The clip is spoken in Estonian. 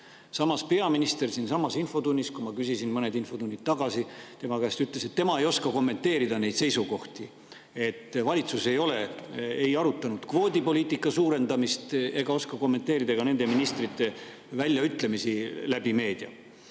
Samas, peaminister siinsamas infotunnis, kui ma küsisin mõned infotunnid tagasi tema käest, ütles, et tema ei oska kommenteerida neid seisukohti, valitsus ei ole arutanud kvootide suurendamist ja tema ei oska kommenteerida nende ministrite väljaütlemisi meedias.